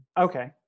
Okay